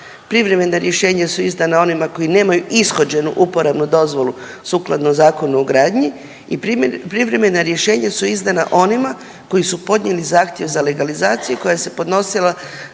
privremena rješenja su izdana onima koji nemaju ishođenu uporabnu dozvolu sukladno Zakonu o gradnji i privremena rješenja su izdana onima koji su podnijeli zahtjev za legalizaciju koja se podnosila